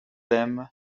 them